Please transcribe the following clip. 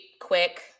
quick